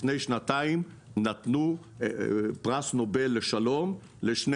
לפני שנתיים נתנו פרס נובל לשלום לשני